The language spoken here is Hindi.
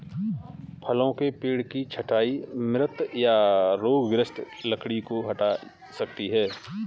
फलों के पेड़ की छंटाई मृत या रोगग्रस्त लकड़ी को हटा सकती है